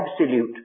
absolute